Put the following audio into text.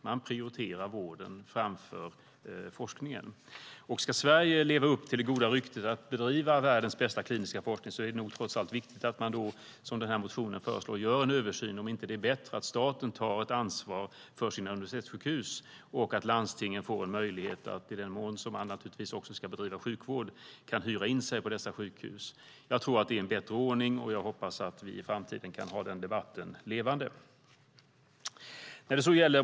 Man prioriterar vården framför forskningen. Ska Sverige leva upp till det goda ryktet om att Sverige bedriver världens bästa kliniska forskning är det nog trots allt viktigt att man, som föreslås i den här motionen, gör en översyn för att se om det inte är bättre att staten tar ett ansvar för sina universitetssjukhus och att landstingen får en möjlighet, i den mån som man naturligtvis också ska bedriva sjukvård, att hyra in sig på dessa sjukhus. Jag tror att det är en bättre ordning, och jag hoppas att vi i framtiden kan ha den debatten levande.